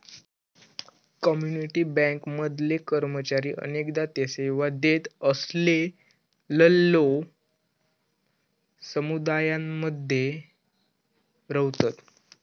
community bank मधले कर्मचारी अनेकदा ते सेवा देत असलेलल्यो समुदायांमध्ये रव्हतत